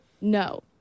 No